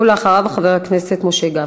ואחריו, חבר הכנסת משה גפני.